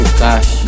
cash